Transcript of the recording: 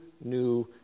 new